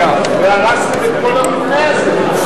והרסתם את כל המבנה הזה.